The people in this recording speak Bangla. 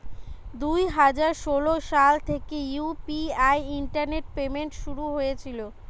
দুই হাজার ষোলো সাল থেকে ইউ.পি.আই ইন্টারনেট পেমেন্ট শুরু হয়েছিল